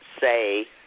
say